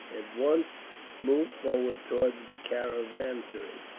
at once moved forward towards the caravansary,